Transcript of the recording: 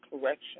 correction